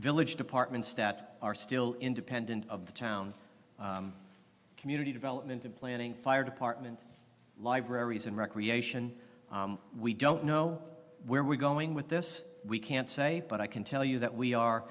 village departments that are still independent of the town community development of planning fire department libraries and recreation we don't know where we're going with this we can't say but i can tell you that we are